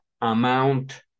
amount